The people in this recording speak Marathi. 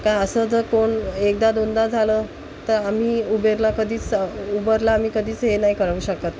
का असं जर कोण एकदा दोनदा झालं तर आम्ही उबेरला कधीच उबरला आम्ही कधीच हे नाही करू शकत